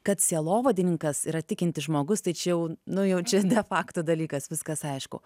kad sielovadininkas yra tikintis žmogus tai čia jau nu jau čia de fakto dalykas viskas aišku